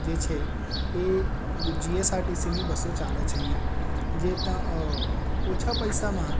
જે છે એ જીએસઆરટીસી બસો ચાલે છે અઈયાં જે ત્યાં ઓછા પૈસામાં